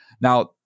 Now